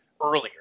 earlier